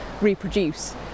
reproduce